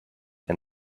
and